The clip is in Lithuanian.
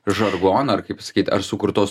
žargono ar kaip pasakyt ar sukurtos